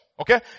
Okay